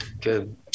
good